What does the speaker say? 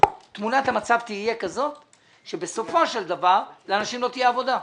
תמונת המצב תהיה כזאת שבסופו של דבר לאנשים לא תהיה עבודה.